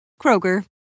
Kroger